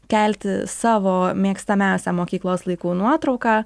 kelti savo mėgstamiausią mokyklos laikų nuotrauką